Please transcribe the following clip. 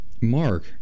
Mark